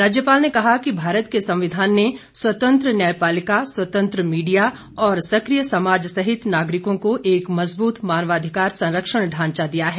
राज्यपाल ने कहा कि भारत के संविधान ने स्वतंत्र न्यायपालिका स्वतंत्र मीडिया और सक्रिय समाज सहित नागरिकों को एक मजबूत मानवाधिकार संरक्षण ढांचा दिया है